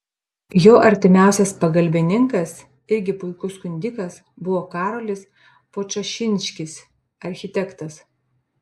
jo artimiausias pagalbininkas irgi puikus skundikas buvo karolis podčašinskis architektas